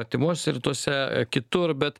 artimuosiuose rytuose kitur bet